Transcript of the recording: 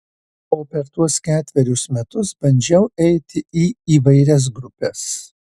o per tuos ketverius metus bandžiau eiti į įvairias grupes